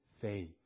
Faith